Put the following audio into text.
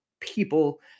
people